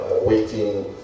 waiting